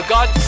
God